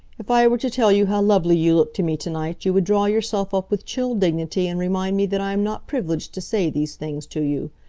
if i were to tell you how lovely you look to me to-night you would draw yourself up with chill dignity and remind me that i am not privileged to say these things to you.